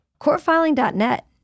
Courtfiling.net